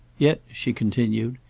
yet, she continued,